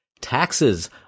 Taxes